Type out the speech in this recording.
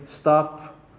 stop